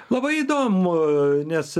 labai įdomu nes